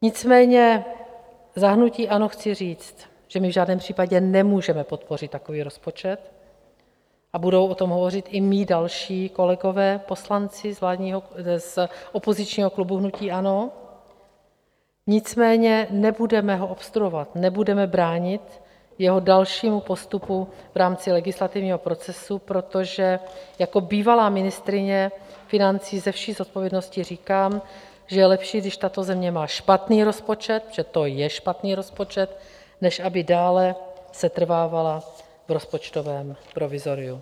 Nicméně za hnutí ANO chci říct, že my v žádném případě nemůžeme podpořit takový rozpočet, a budou o tom hovořit i mí další kolegové poslanci z opozičního klubu hnutí ANO, nicméně nebudeme ho obstruovat, nebudeme bránit jeho dalšímu postupu v rámci legislativního procesu, protože jako bývalá ministryně financí se vší zodpovědností říkám, že je lepší, když tato země má špatný rozpočet protože to je špatný rozpočet než aby dále setrvávala v rozpočtovém provizoriu.